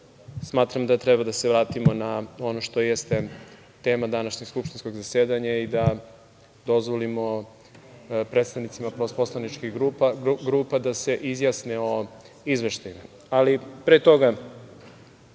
smatram da treba dase vratimo na ono što jeste tema današnjeg skupštinskog zasedanja i dozvolimo predstavnicima poslaničkih grupa da se izjasne o izveštajima. Pre toga,